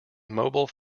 mobile